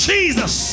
Jesus